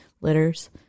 litters